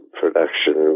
production